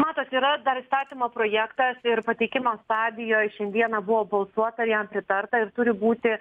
matot yra dar įstatymo projektas ir pateikimo stadijoj šiandieną buvo balsuota ir jam pritarta ir turi būti